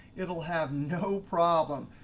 it will have no problem,